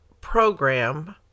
program